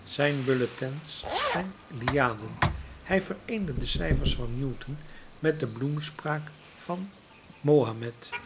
zijn bulletins zijn iliaden hij vereende de cijfers van newton met de bloemspraak van mahomed